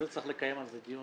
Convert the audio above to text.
על זה צריך לקיים דיון.